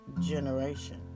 generation